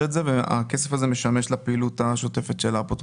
את זה והכסף הזה משמש לפעילות השוטפת של האפוטרופוס.